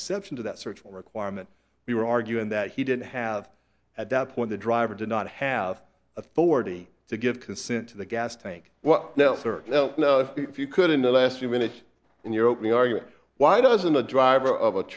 exception to that search will requirement we were arguing that he didn't have at that point the driver did not have authority to give consent to the gas tank well now sir if you could in the last few minutes in your opening argument why doesn't a driver of